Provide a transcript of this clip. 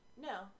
No